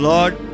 Lord